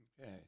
Okay